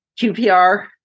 QPR